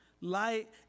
light